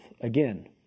again